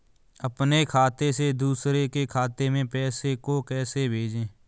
अपने खाते से दूसरे के खाते में पैसे को कैसे भेजे?